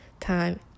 time